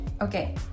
Okay